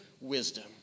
wisdom